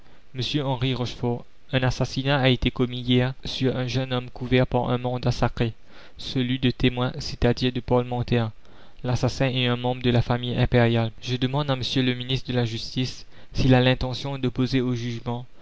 un assassinat a été commis hier sur un jeune homme couvert par un mandat sacré celui de témoin c'est-à-dire de parlementaire l'assassin est un membre de la famille impériale je demande à m le ministre de la justice s'il a l'intention d'opposer au jugement